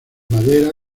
madera